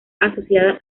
asociada